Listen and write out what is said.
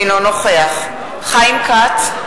אינו נוכח חיים כץ,